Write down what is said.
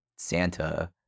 santa